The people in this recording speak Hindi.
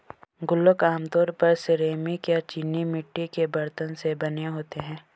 गुल्लक आमतौर पर सिरेमिक या चीनी मिट्टी के बरतन से बने होते हैं